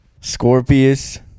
Scorpius